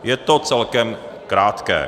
Je to celkem krátké.